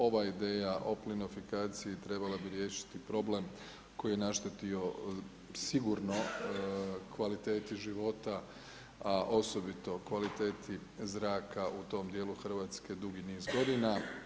Ova ideja o plinofikaciji trebala bi riješiti problem koji je naštetio sigurno kvaliteti života a osobito kvaliteti zraka u tom dijelu Hrvatske dugi niz godina.